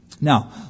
Now